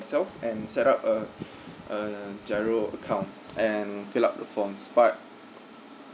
itself and set up a a GIRO account and fill up the forms but